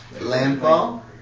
Landfall